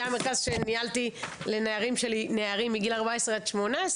המרכז שניהלתי לנערים מגיל 14 עד 18,